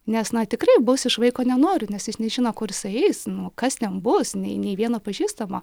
nes na tikrai bus iš vaiko nenoriu nes jis nežino kur jisai eis nu kas ten bus nei nei vieno pažįstamo